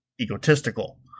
egotistical